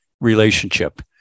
relationship